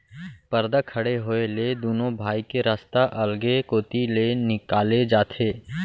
परदा खड़े होए ले दुनों भाई के रस्ता अलगे कोती ले निकाले जाथे